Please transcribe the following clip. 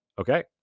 okay